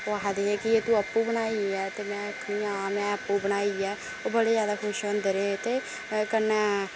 ओह् आखदे हे कि एह् तू आपूं बनाई ऐ ते में आखनी ऐ हां में आपूं बनाई ऐ ओह् बड़े जैदा खुश होंदे रेह् ते कन्नै